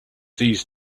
these